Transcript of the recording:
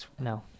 No